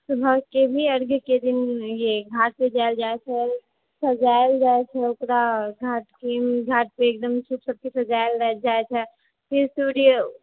सुबह के भी अर्घ के दिन ये घाट पर जायल जाइ छै सजायल जाइ छै ओकरा घाट के घाट के एकदम अच्छे से सजायल जाइ छै फिर सूर्य